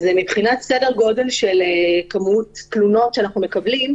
מבחינת סדר הגודל של כמות התלונות שאנחנו מקבלים,